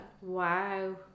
wow